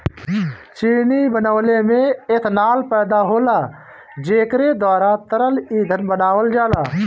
चीनी बनवले में एथनाल पैदा होला जेकरे द्वारा तरल ईंधन बनावल जाला